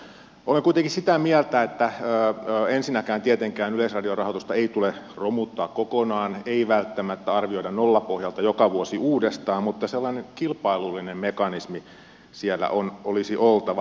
olen kuitenkin sitä mieltä että vaikka ensinnäkään tietenkään yleisradion rahoitusta ei tule romuttaa kokonaan ei välttämättä arvioida nollapohjalta joka vuosi uudestaan niin sellaisen kilpailullisen mekanismin siellä olisi oltava